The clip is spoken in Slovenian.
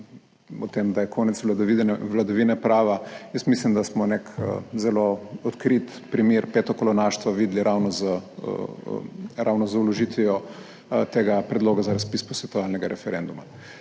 o tem, da je konec vladavine prava. Jaz mislim, da smo nek zelo odkrit primer petokolonaštva videli ravno z vložitvijo tega predloga za razpis posvetovalnega referenduma.